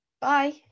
Bye